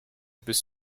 bis